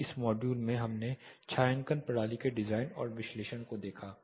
अब तक इस मॉड्यूल में हमने छायांकन प्रणाली के डिजाइन और विश्लेषण को देखा